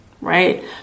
right